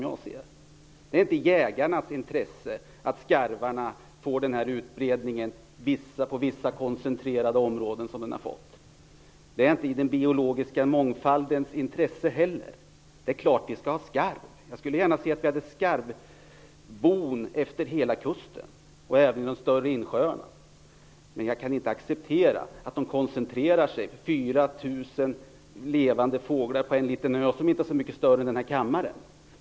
Det är inte i jägarnas intresse att skarvarna får denna utbredning i vissa koncentrerade områden. Det är inte heller i den biologiska mångfaldens intresse. Det är klar att vi skall ha skarv. Jag skulle gärna se att vi hade skarvbon utefter hela kusten och även vid de större insjöarna. Men jag kan inte acceptera att de koncentrerar sig 4 000 levande fåglar på en liten ö som inte är så mycket större än denna kammare.